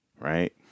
right